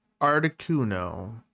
Articuno